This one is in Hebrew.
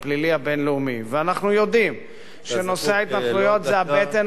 אנחנו יודעים שנושא ההתנחלויות הוא הבטן הרכה והקשה,